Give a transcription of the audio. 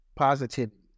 Positivity